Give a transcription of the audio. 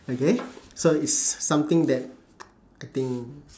okay so is something that I think